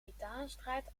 titanenstrijd